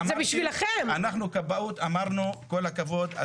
בנושא הכבאות אמרנו כל הכבוד,